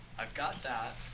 i've got that,